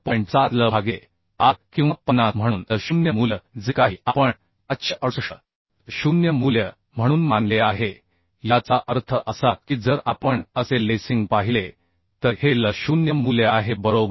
7 l भागिले R किंवा 50 म्हणून l0 मूल्य जे काही आपण 568 l0 मूल्य म्हणून मानले आहे याचा अर्थ असा की जर आपण असे लेसिंग पाहिले तर हे l0 मूल्य आहे बरोबर